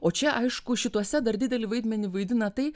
o čia aišku šituose dar didelį vaidmenį vaidina tai